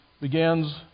begins